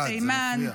זה מפריע.